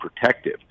protective